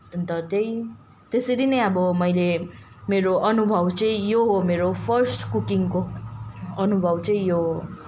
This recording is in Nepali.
अन्त त्यही त्यसरी नै अब मैले मेरो अनुभव चाहिँ यो हो मेरो फर्स्ट कुकिङको अनुभव चाहिँ यो हो